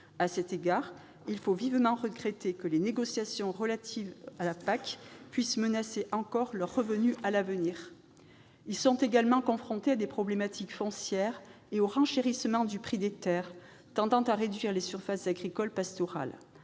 À cet égard, il faut vivement regretter que les négociations relatives à la politique agricole commune, la PAC, puissent menacer encore leurs revenus à l'avenir. Ils sont également confrontés à des problématiques foncières et au renchérissement du prix des terres tendant à réduire les surfaces agricoles pastorales.